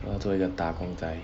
我要做一个打工仔